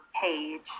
page